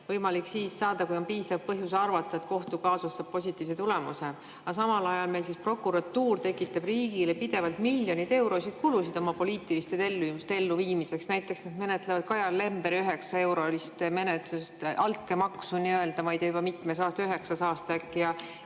võimalik siis saada, kui on piisav põhjus arvata, et kohtukaasus saab positiivse tulemuse. Samal ajal meil prokuratuur tekitab riigile pidevalt miljoneid eurosid kulusid oma poliitiliste tellimuste elluviimiseks. Näiteks nad menetlevad Kajar Lemberi üheksaeurolist nii-öelda altkäemaksu, ma ei tea, juba mitmendat aastat,